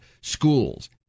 Schools